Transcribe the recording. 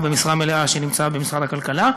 כי אין שר במשרה מלאה שנמצא במשרד הכלכלה,